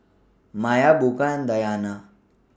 Maya Bunga Dayana